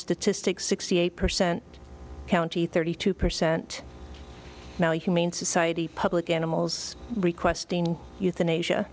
statistics sixty eight percent county thirty two percent now a humane society public animals requesting euthanasia